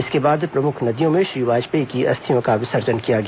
इसके बाद प्रमुख नदियों में श्री वाजपेयी की अस्थियों का विसर्जन किया गया